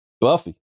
Buffy